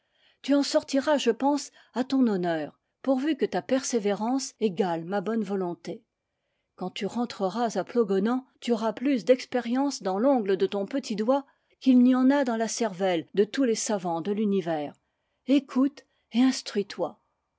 tu en sortiras je pense à ton hon neur pourvu que ta persévérance égale ma bonne volonté quand tu rentreras à plogonan tu auras plus d'expérience dans l'ongle de ton petit doigt qu'il n'y en a dans la cervelle de tous les savants de l'univers écoute et instruis toi